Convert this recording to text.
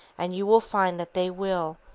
and you will find that they will,